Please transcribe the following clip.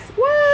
what